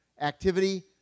activity